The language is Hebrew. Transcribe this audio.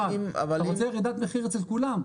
אתה רוצה ירידת מחיר אצל כולם.